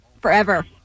forever